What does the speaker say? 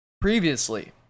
previously